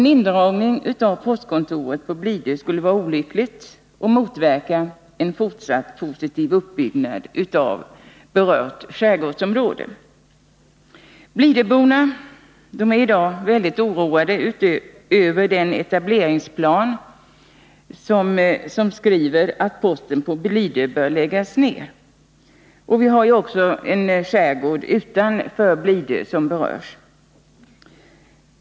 En indragning av postkontoret på Blidö skulle vara olyckligt och motverka en fortsatt positiv uppbyggnad av berört skärgårdsområde. Blidöborna är i dag väldigt oroade över den etableringsplan som finns och i vilken det står att postkontoret på Blidö bör läggas ner. Det finns ju också en skärgård utanför Blidö som berörs.